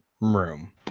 room